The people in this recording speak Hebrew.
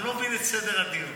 אני לא מבין את סדר הדיון.